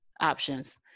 options